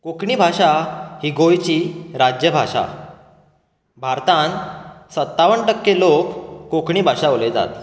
कोंकणी भाशा ही गोंयची राज्य भाशा भारतांत सत्तावन टक्के लोक कोंकणी भाशा उलयतात